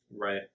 Right